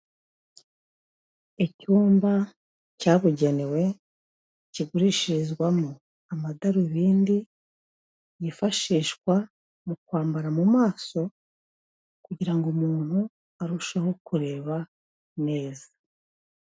Icyumba cyabugenewe kigurishirizwamo amadarubindi, yifashishwa mu kwambara mu maso kugira ngo umuntu arusheho kureba neza.